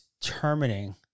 determining